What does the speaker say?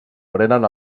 prenen